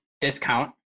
discount